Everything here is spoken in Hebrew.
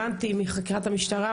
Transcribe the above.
הבנתי מחקירת המשטרה,